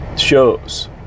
shows